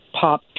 pop